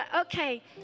Okay